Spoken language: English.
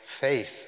faith